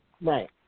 Right